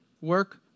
Work